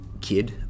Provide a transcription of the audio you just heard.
kid